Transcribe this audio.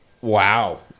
Wow